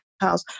house